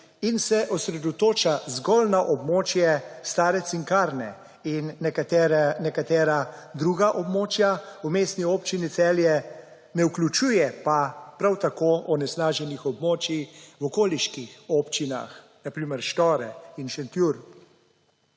in se osredotoča zgolj na območje stare Cinkarne in nekatera druga območja v Mestni občini Celje, ne vključuje pa prav tako onesnaženih območij v okoliških občinah, na primer Štore in Šentjur.